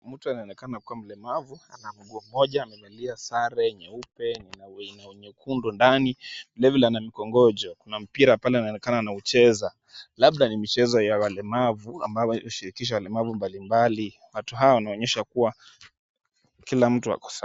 Mtu anayeonekana kuwa na ulemavu amevalia sare nyeupe na inayo nyekundu ndani mikongojo. Kuna mpira pale anaonekana anaucheza, labda ni mchezo ya walemavu ambayo hushirikisha wachezaji mbalimbali. Watu hawa wanaonesha kuwa kila mtunako sawa.